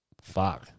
Fuck